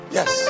Yes